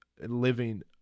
living